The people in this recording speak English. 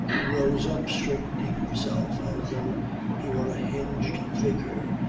he rose up straightening himself as though he were a hinged figure.